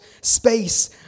space